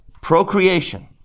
Procreation